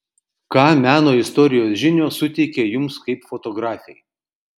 ką meno istorijos žinios suteikia jums kaip fotografei